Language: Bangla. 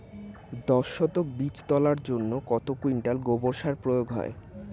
দশ শতক বীজ তলার জন্য কত কুইন্টাল গোবর সার প্রয়োগ হয়?